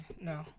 no